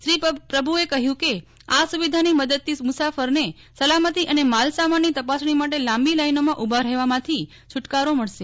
શ્રી પ્રભુએ કહ્યું કેઆ સુવિધાની મદદથી મુસાફરને સલામતી અને માલસામાનની તપાસણી માટે લાંબી લાઇનોમાં ઉભા રહેવામાંથી છુટકારો મળશે